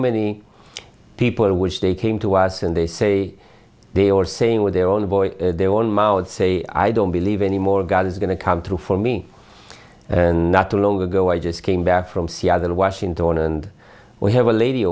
many people wish they came to us and they say they are saying with their own voice their own mouths say i don't believe anymore god is going to come through for me and not too long ago i just came back from seattle washington and we have a lady